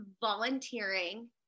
volunteering